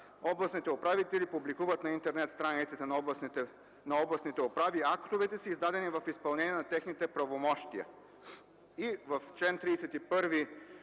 „Областните управители публикуват на интернет страницата на областните управи актовете си, издадени в изпълнение на техните правомощия” и в чл. 31